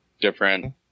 different